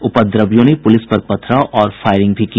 उपद्रवियों ने पुलिस पर पथराव और फायरिंग भी की